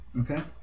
Okay